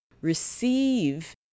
receive